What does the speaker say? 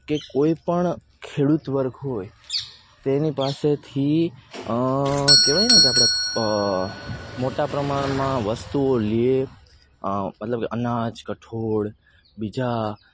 કે કોઈ પણ ખેડૂત વર્ગ હોય તેની પાસેથી કહેવાયને કે આપણે મોટા પ્રમાણમાં વસ્તુઓ લઈએ મતલબ કે અનાજ કઠોળ બીજા